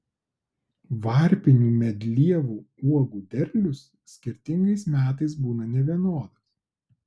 varpinių medlievų uogų derlius skirtingais metais būna nevienodas